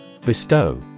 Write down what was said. Bestow